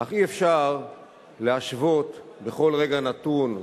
אך אי-אפשר להשוות בכל רגע נתון,